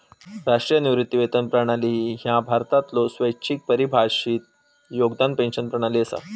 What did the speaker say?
राष्ट्रीय निवृत्ती वेतन प्रणाली ह्या भारतातलो स्वैच्छिक परिभाषित योगदान पेन्शन प्रणाली असा